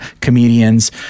comedians